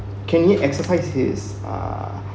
can he exercise his uh